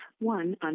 one